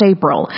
April